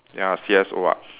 ya C_S_O ah